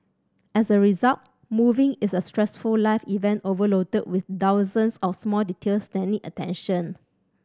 as a result moving is a stressful life event overloaded with thousands of small details that need attention